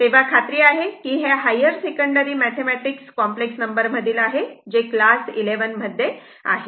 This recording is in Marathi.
तेव्हा खात्री आहे की हे higher secondary mathematics complex number मधील आहे जे क्लास 11 मध्ये आहे